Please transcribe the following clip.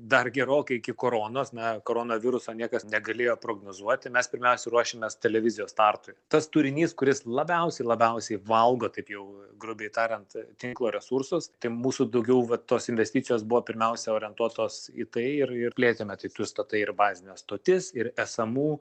dar gerokai iki koronos na korona viruso niekas negalėjo prognozuoti mes pirmiausia ruošimės televizijos startui tas turinys kuris labiausiai labiausiai valgo taip jau grubiai tariant tinklo resursus tai mūsų daugiau va tos investicijos buvo pirmiausia orientuotos į tai ir ir plėtėme tai tu statai ir bazines stotis ir esamų